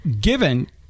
given